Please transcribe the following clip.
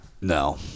No